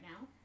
now